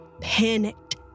panicked